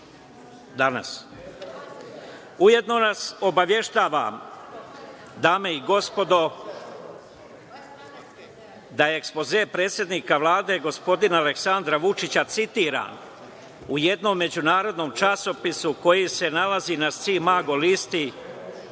danas. Ujedno nas obaveštava dame i gospodo, da je ekspoze predsednika Vlade gospodina Aleksandra Vučića, citiram u jednom međunarodnom časopisu koji se nalazi „Si mago“ listi,